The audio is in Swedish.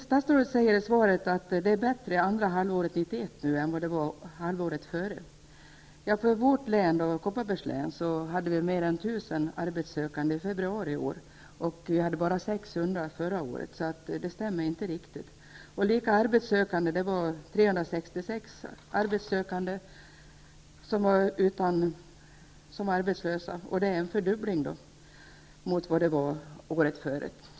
Statsrådet säger i svaret att det var bättre under andra halvåret 1991 än det var under halvåret dessförinnan. I Kopparbergs län var det mer än 1 000 arbetssökande i februari i år. Förra året var motsvarande antal bara 600. Det stämmer alltså inte riktigt. Likadant var det med de arbetssökande. 366 arbetssökande var arbetslösa. Det innebär alltså en fördubbling jämfört med året innan.